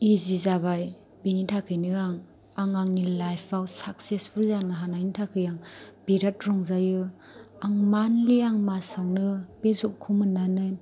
इजि जाबाय बिनि थाखायनो आं आंनि लाइफआव साकसेसफुल जानो हानायनि थाखाय आं बिराद रंजायो आं मान्थलि आं मासावनो बे जबखौ मोननानै